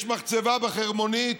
יש מחצבה בחרמונית,